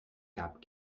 gab